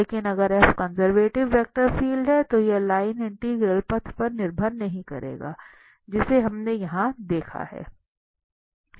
लेकिन अगर conservative vector field है तो यह लाइन इंटीग्रल पथ पर निर्भर नहीं करेगा जिसे हमने यहां देखा है